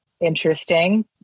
interesting